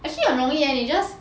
actually 很容易 leh you just